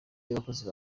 y’abakozi